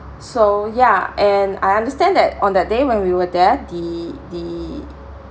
so ya and I understand that on that day when we were there the the